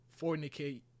fornicate